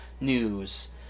news